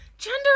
Gender